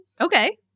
Okay